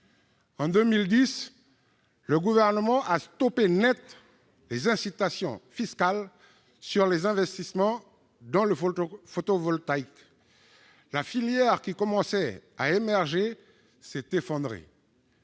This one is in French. En 2010, il a stoppé net les incitations fiscales pour les investissements dans le photovoltaïque. La filière, qui commençait à émerger, s'est effondrée.